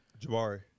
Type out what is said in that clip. Jabari